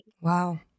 Wow